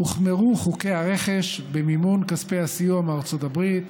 הוחמרו חוקי הרכש במימון כספי הסיוע מארצות הברית,